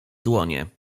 dłonie